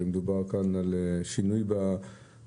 הרי מדובר כאן על שינוי בגישה.